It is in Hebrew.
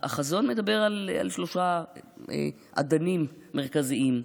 החזון מדבר על שלושה אדנים מרכזיים.